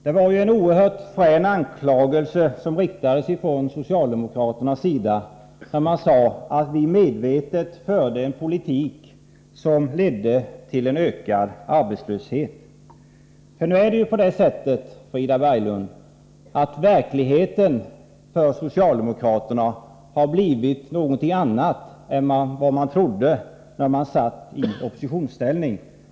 Det var en oerhört frän anklagelse som socialdemokraterna riktade mot oss om att vi medvetet förde en politik som ledde till ökad arbetslöshet. Verkligheten för socialdemokraterna, Frida Berglund, har blivit en annan än vad ni trodde den skulle bli då ni satt i oppositionsställning.